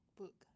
book